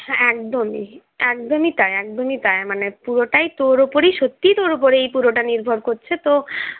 হ্যাঁ একদমই একদমই তাই একদমই তাই মানে পুরোটাই তোর উপরি সত্যি তোর উপরেই পুরোটা নির্ভর করছে তো